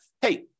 hey